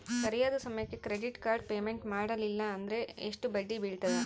ಸರಿಯಾದ ಸಮಯಕ್ಕೆ credit card payment ಮಾಡಲಿಲ್ಲ ಅಂದ್ರೆ ಎಷ್ಟು ಬಡ್ಡಿ ಬೇಳ್ತದ?